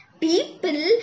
People